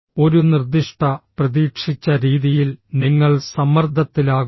ഒരു നിർദ്ദിഷ്ട പ്രതീക്ഷിച്ച രീതിയിൽ നിങ്ങൾ സമ്മർദ്ദത്തിലാകുന്നു